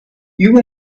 you